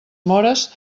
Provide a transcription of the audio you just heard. móres